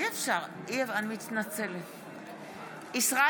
בהצבעה ישראל אייכלר,